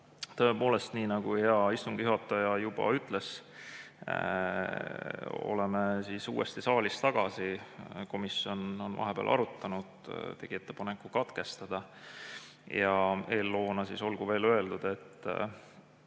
Tõepoolest, nii nagu hea istungi juhataja juba ütles, oleme uuesti saalis tagasi. Komisjon on vahepeal arutanud, tegi ettepaneku katkestada. Eelloona olgu veel öeldud, et